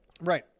right